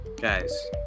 Guys